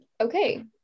okay